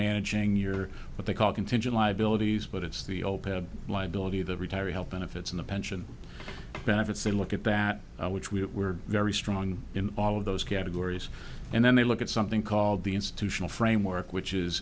managing your what they call contingent liabilities but it's the old have liability the retiree health benefits in the pension benefits they look at that which we are very strong in all of those categories and then they look at something called the institutional framework which is